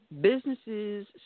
businesses